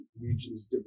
regions